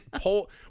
pull